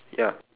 ya